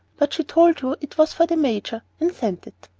but she told you it was for the major, and sent it.